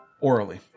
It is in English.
Orally